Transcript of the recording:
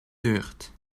duurt